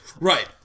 Right